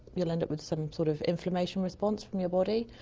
you'll end up with some sort of inflammation response from your body,